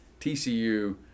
TCU